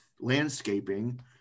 landscaping